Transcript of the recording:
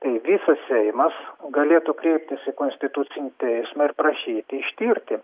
tai visas seimas galėtų kreiptis į konstitucinį teismą ir prašyti ištirti